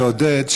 לעודד,